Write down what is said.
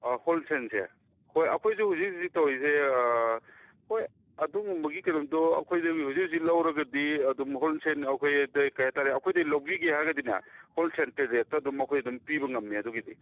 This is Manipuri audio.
ꯍꯦꯜꯁꯦꯜꯁꯦ ꯍꯣꯏ ꯑꯩꯈꯣꯏꯁꯨ ꯍꯧꯖꯤꯛ ꯍꯧꯖꯤꯛ ꯇꯧꯔꯤꯁꯦ ꯍꯣꯏ ꯑꯗꯨꯒꯨꯝꯕꯒꯤ ꯀꯩꯅꯣꯗꯣ ꯑꯩꯈꯣꯏꯁꯨ ꯍꯧꯖꯤꯛ ꯍꯧꯖꯤꯛ ꯂꯧꯔꯒꯗꯤ ꯑꯗꯨꯝ ꯍꯣꯜꯁꯦꯜ ꯑꯩꯈꯣꯏ ꯀꯔꯤ ꯍꯥꯏꯇꯥꯔꯦ ꯑꯩꯈꯣꯏꯗꯒꯤ ꯂꯧꯕꯤꯒꯦ ꯍꯥꯏꯔꯒꯗꯤꯅꯦ ꯍꯣꯜꯁꯦꯜ ꯔꯦꯠꯇ ꯑꯗꯨꯝ ꯑꯩꯈꯣꯏ ꯑꯗꯨꯝ ꯄꯤꯕ ꯉꯝꯃꯦ ꯑꯗꯨꯒꯤꯗꯤ